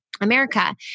America